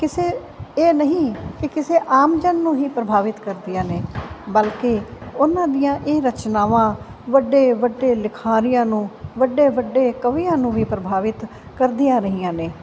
ਕਿਸੇ ਇਹ ਨਹੀਂ ਇਹ ਕਿਸੇ ਆਮ ਜਨ ਨੂੰ ਹੀ ਪ੍ਰਭਾਵਿਤ ਕਰਦੀਆਂ ਨੇ ਬਲਕਿ ਉਹਨਾਂ ਦੀਆਂ ਇਹ ਰਚਨਾਵਾਂ ਵੱਡੇ ਵੱਡੇ ਲਿਖਾਰੀਆਂ ਨੂੰ ਵੱਡੇ ਵੱਡੇ ਕਵੀਆਂ ਨੂੰ ਵੀ ਪ੍ਰਭਾਵਿਤ ਕਰਦੀਆਂ ਰਹੀਆਂ ਨੇ